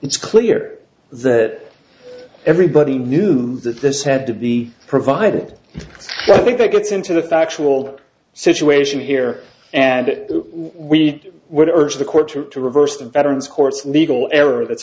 it's clear that everybody knew that this had to be provided so i think that gets into the factual situation here and we would urge the courtroom to reverse the veterans course legal error that's